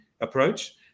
approach